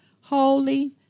holy